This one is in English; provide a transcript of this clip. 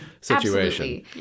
situation